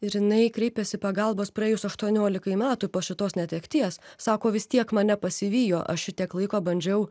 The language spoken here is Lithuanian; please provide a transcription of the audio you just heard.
ir jinai kreipėsi pagalbos praėjus aštuoniolikai metų po šitos netekties sako vis tiek mane pasivijo aš šitiek laiko bandžiau